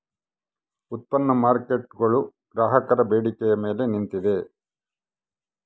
ಉತ್ಪನ್ನ ಮಾರ್ಕೇಟ್ಗುಳು ಗ್ರಾಹಕರ ಬೇಡಿಕೆಯ ಮೇಲೆ ನಿಂತಿದ